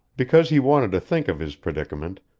because he wanted to think of his predicament,